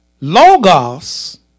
Logos